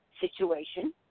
situation